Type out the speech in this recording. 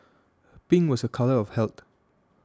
pink was a colour of health